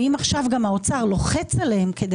ואם עכשיו גם האוצר לוחץ עליהם כדי